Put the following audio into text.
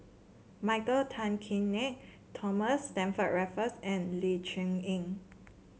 Michael Tan Kim Nei Thomas Stamford Raffles and Ling Cher Eng